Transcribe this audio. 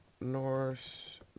Norse